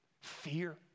Fear